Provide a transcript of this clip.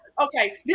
Okay